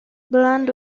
bland